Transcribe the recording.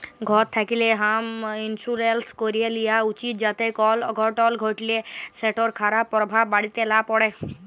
ঘর থ্যাকলে হম ইলসুরেলস ক্যরে লিয়া উচিত যাতে কল অঘটল ঘটলে সেটর খারাপ পরভাব বাড়িতে লা প্যড়ে